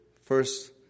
first